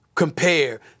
Compare